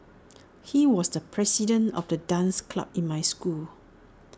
he was the president of the dance club in my school